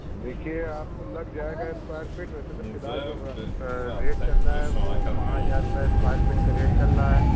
देखिए आपको लग जाएगा स्क्वायर फीट वैसे तो फ़िलहल जो वह स रेट चल रहा है वह पाँच हज़ार रुपये स्क्वायर फिट का रेट चल रहा है